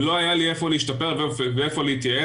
אם לא היה לי איפה להשתפר ואיפה להתייעל,